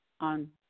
on